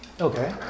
Okay